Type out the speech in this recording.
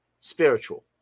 spiritual